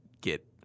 get